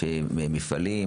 לפי מפעלים?